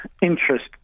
interest